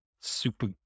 super